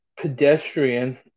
pedestrian